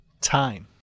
Time